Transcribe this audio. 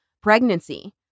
pregnancy